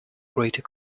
greater